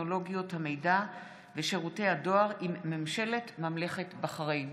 טכנולוגיות המידע ושירותי הדואר עם ממשלת ממלכת בחריין.